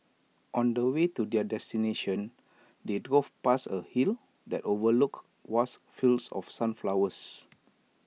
on the way to their destination they drove past A hill that overlooked vast fields of sunflowers